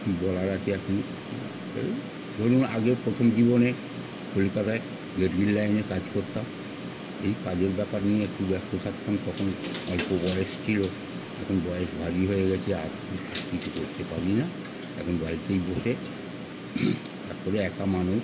কী বলার আছে এখন এই ধরুন আগে প্রথম জীবনে কলকাতায় লাইনে কাজ করতাম এই কাজের ব্যাপার নিয়ে একটু ব্যস্ত থাকতাম তখন অল্প বয়স ছিল এখন বয়স ভারী হয়ে গিয়েছে আর বিশেষ কিছু করতে পারি না এখন বাড়িতেই বসে তার পরে একা মানুষ